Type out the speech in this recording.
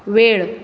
वेळ